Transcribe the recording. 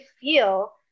feel